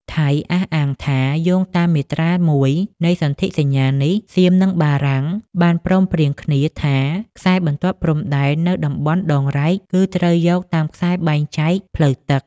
ថៃអះអាងថា យោងតាមមាត្រា ១ នៃសន្ធិសញ្ញានេះ សៀម និងបារាំង បានព្រមព្រៀងគ្នាថា ខ្សែបន្ទាត់ព្រំដែននៅតំបន់ដងរែក គឺត្រូវយកតាមខ្សែបែងចែកផ្លូវទឹក។